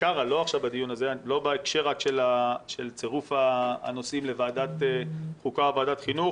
בעיקר לא רק בהקשר של צירוף הנושאים לוועדת חוקה או ועדת חינוך,